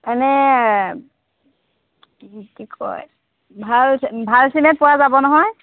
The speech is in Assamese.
মানে কি কয় ভাল ভাল চিমেণ্ট পোৱা যাব নহয়